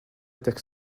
tech